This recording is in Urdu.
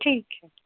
ٹھیک ہے